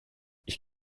ich